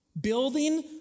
Building